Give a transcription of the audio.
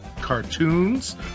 cartoons